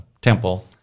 temple